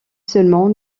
seulement